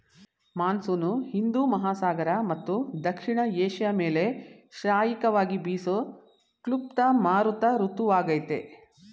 monsoon Hindu Mahasagara ಮತ್ತು ದಕ್ಷಿಣ Asia ಮೇಲೆ ಶ್ರಾಯಿಕವಾಗಿ ಬೀಸೋ ಕ್ಲುಪ್ತ ಮಾರುತ ಋತುವಾಗಯ್ತೆ